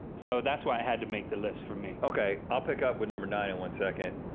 so that's why i had to make the list for me. okay, i'll pick up with number nine in one second.